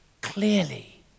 clearly